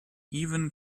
even